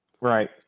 Right